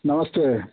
नमस्ते